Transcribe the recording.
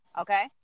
okay